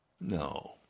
No